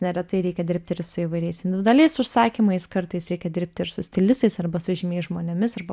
neretai reikia dirbti ir su įvairiais individualiais užsakymais kartais reikia dirbt ir su stilistais arba su žymiais žmonėmis arba